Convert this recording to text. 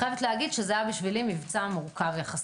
זה היה בשבילי מבצע מורכב יחסית.